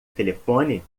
telefone